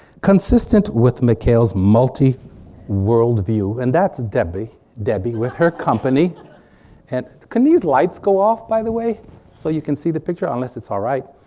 consistent with mckayle's multi world view and that's debbie debbie with her company and can these lights go off by the way so you can see the picture? unless it's alright.